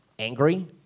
angry